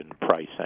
pricing